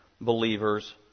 believers